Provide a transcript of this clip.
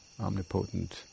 omnipotent